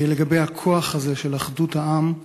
לגבי הכוח הזה של אחדות העם.